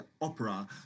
opera